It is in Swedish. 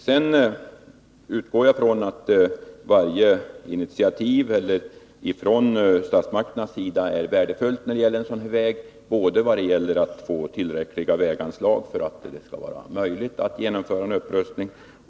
Jag utgår från att varje initiativ från statsmakternas sida är värdefullt i fråga om en sådan här väg när det gäller att få fram tillräckliga anslag för att det skall vara möjligt att genomföra en upprustning.